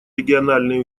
региональные